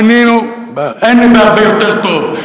היתה בהרבה, אין בהרבה יותר טוב.